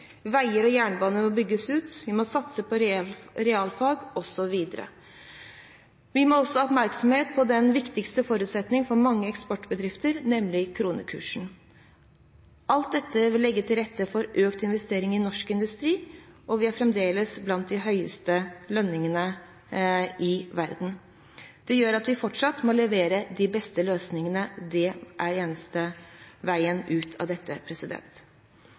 Veier og jernbane må bygges ut. Vi må satse på realfag, osv. Vi må også ha oppmerksomhet på den viktigste forutsetningen for mange eksportbedrifter, nemlig kronekursen. Alt dette vil legge til rette for økt investering i norsk industri. Vi har fremdeles blant de høyeste lønningene i verden. Det gjør at vi fortsatt må levere de beste løsningene. Det er eneste veien ut av dette.